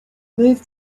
move